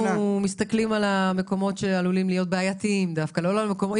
התייחסנו גם במסמך לארגונים בין-לאומיים ויוזמות בין-לאומיות.